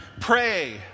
pray